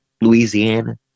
Louisiana